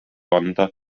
anda